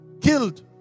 killed